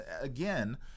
again